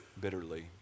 bitterly